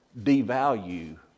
devalue